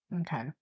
Okay